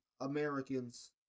Americans